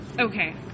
Okay